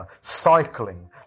cycling